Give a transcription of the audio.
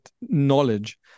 knowledge